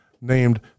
named